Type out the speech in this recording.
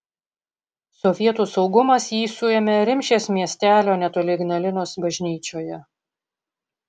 sovietų saugumas jį suėmė rimšės miestelio netoli ignalinos bažnyčioje